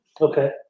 Okay